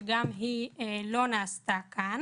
שגם היא לא נעשתה כאן.